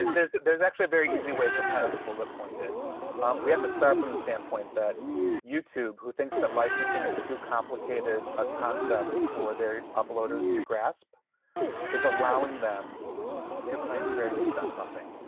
there's, there's actually a very easy way to kind of bullet point it we have to start from the standpoint that youtube who thinks that licensing is too complicated, a concept for their ah promoters to grasp is allowing them to claim fair use on something.